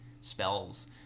spells